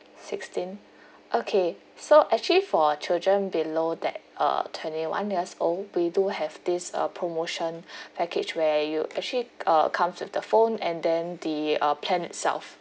sixteen okay so actually for children below that uh twenty one years old we do have this uh promotion package where you actually uh comes with the phone and then the uh plan itself